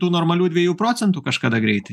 tų normalių dviejų procentų kažkada greitai